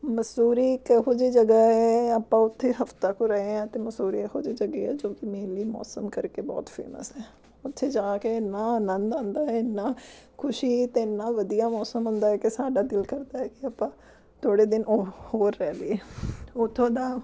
ਮਸੂਰੀ ਇੱਕ ਇਹੋ ਜਿਹੀ ਜਗ੍ਹਾ ਹੈ ਆਪਾਂ ਉੱਥੇ ਹਫ਼ਤਾ ਕੁ ਰਹੇ ਹਾਂ ਅਤੇ ਮਨਸੂਰੀ ਇਹੋ ਜਿਹੀ ਜਗ੍ਹਾ ਹੈ ਜੋ ਕਿ ਮੇਨਲੀ ਮੌਸਮ ਕਰਕੇ ਬਹੁਤ ਫੇਮਸ ਹੈ ਉੱਥੇ ਜਾ ਕੇ ਇੰਨਾਂ ਆਨੰਦ ਆਉਂਦਾ ਹੈ ਇੰਨਾ ਖੁਸ਼ੀ ਅਤੇ ਇੰਨਾ ਵਧੀਆ ਮੌਸਮ ਹੁੰਦਾ ਕਿ ਸਾਡਾ ਦਿਲ ਕਰਦਾ ਹੈ ਕਿ ਆਪਾਂ ਥੋੜ੍ਹੇ ਦਿਨ ਉਹ ਹੋਰ ਰਹਿ ਲਈਏ ਉਥੋਂ ਦਾ